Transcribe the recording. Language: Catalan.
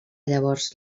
llavors